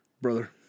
Brother